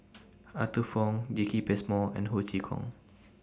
Arthur Fong Jacki Passmore and Ho Chee Kong